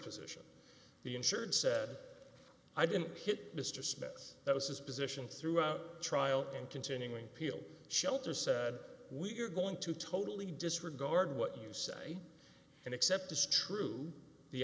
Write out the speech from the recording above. position the insured said i didn't hit mr smith that was his position throughout the trial and continuing peel shelter said we're going to totally disregard what you say and accept this true the